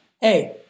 hey